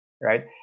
right